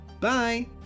Bye